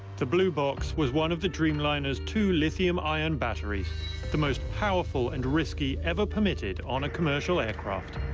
the blue box was one of the dreamliner's two lithium ion batteries the most powerful and risky ever permitted on a commercial aircraft.